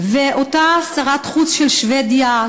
אותה שרת חוץ של שבדיה,